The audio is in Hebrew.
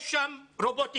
יש שם רובוטיקה,